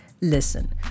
Listen